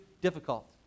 difficult